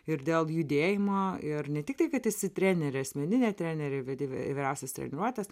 ir dėl judėjimo ir ne tik tai kad esi trenerė asmeninė trenerė vedi įvairiausias treniruotes